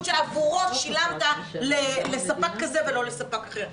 שעבורו שילמת לספק כזה ולא לספק אחר.